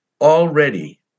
already